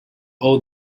all